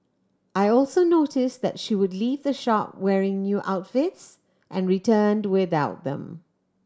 I also notice that she would leave the shop wearing new outfits and returned without them